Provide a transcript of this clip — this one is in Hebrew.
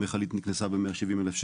המכלית נקנסה ב- 170 אלף ₪,